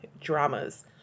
dramas